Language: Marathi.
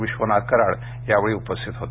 विश्वनाथ कराड यावेळी उपस्थित होते